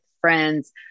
Friends